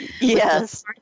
Yes